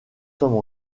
sommes